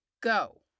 Go